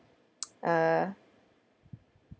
uh